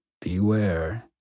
beware